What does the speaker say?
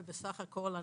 ובסך הכל,